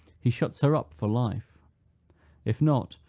he shuts her up for life if not,